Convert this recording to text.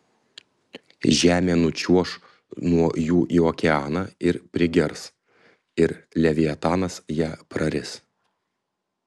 žemė nučiuoš nuo jų į okeaną ir prigers ir leviatanas ją praris